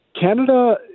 Canada